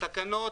התקנות,